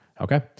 Okay